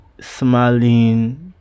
smiling